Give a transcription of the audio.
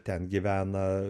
ten gyvena